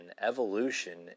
evolution